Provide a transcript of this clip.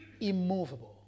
immovable